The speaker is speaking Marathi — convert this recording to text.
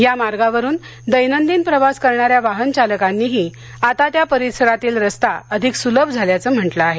या मार्गावरून दैनंदिन प्रवास करणाऱ्या वाहन चालकांनीही आता त्या परिसरातील रस्ता अधिक सुलभ झाल्याचं म्हंटलं आहे